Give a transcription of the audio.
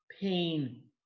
pain